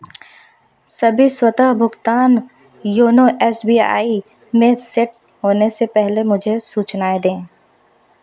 सभी स्वतः भुगतान योनो एस बी आई में सेट होने से पहले मुझे सूचनाएँ दें